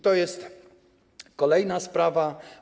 To jest kolejna sprawa.